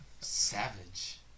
Savage